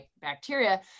bacteria